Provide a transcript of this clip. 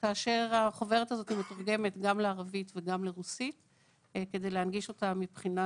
החוברת הזאת מתורגמת גם לערבית ולרוסית כדי להנגיש אותה מבחינה